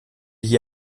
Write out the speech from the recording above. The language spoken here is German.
hier